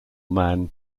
man